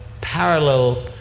parallel